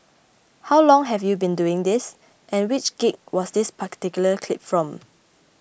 how long have you been doing this and which gig was this particular clip from